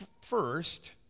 first